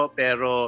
pero